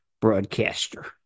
broadcaster